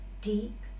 deep